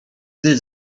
gdy